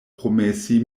promesi